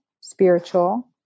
spiritual